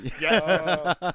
Yes